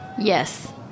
yes